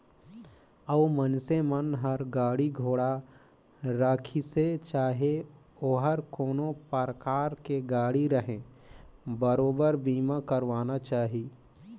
अउ मइनसे मन हर गाड़ी घोड़ा राखिसे चाहे ओहर कोनो परकार के गाड़ी रहें बरोबर बीमा करवाना चाही